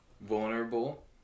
vulnerable